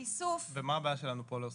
מה הבעיה שלנו פה להוסיף?